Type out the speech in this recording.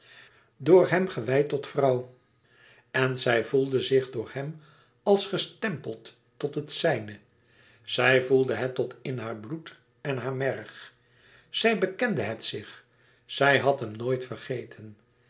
door hem gewijd tot vrouw en zij voelde zich door hem als gestempeld tot het zijne zij voelde het tot in haar bloed en haar merg zij bekende het zich zij had hem nooit vergeten